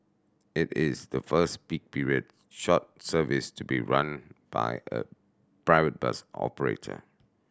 it is the first peak period short service to be run by a private bus operator